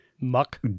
muck